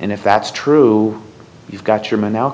and if that's true you've got your m